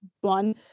one